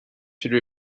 should